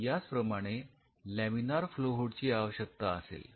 याचप्रमाणे laminar flow hood ची आवश्यकता असेल